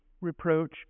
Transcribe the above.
reproach